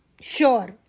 sure